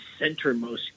centermost